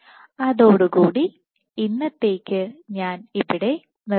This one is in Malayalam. അതോടുകൂടി ഇന്നത്തേക്ക് ഞാൻ ഇവിടെ നിർത്തുന്നു